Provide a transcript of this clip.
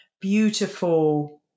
beautiful